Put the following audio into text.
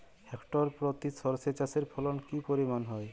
Hectare প্রতি সর্ষে চাষের ফলন কি পরিমাণ হয়?